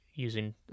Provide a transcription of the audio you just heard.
using